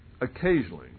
Occasionally